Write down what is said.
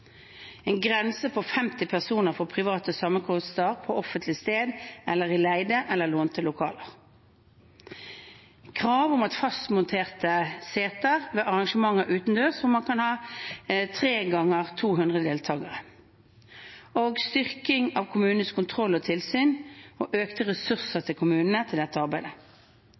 en grense på 50 personer for private sammenkomster på offentlig sted eller i leide eller lånte lokaler krav om fastmonterte seter ved arrangementer utendørs hvor man kan ha tre ganger 200 deltakere styrking av kommunenes kontroll og tilsyn og økte ressurser til kommunene til dette arbeidet